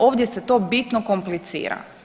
Ovdje se to bitno komplicira.